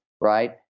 right